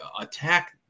attack